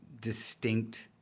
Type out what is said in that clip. distinct